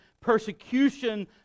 persecution